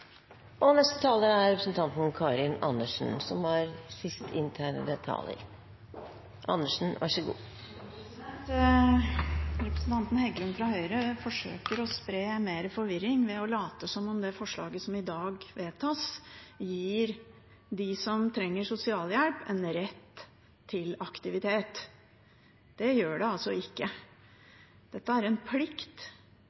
Representanten Heggelund fra Høyre forsøker å spre mer forvirring ved å late som om det forslaget som i dag vedtas, gir dem som trenger sosialhjelp, en rett til aktivitet. Det gjør det altså ikke.